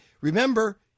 remember